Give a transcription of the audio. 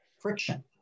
friction